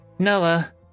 Noah